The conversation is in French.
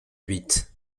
huit